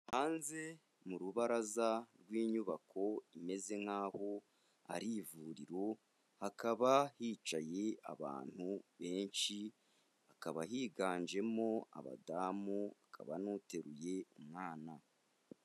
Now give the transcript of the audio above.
Hanze mu rubaraza rw'inyubako imeze nk'aho ari ivuriro, hakaba hicaye abantu benshi, hakaba higanjemo abadamu, hakaba n'uteruye umwana.